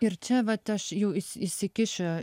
ir čia vat aš jau įs įsikišiu